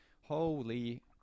holy